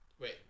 Wait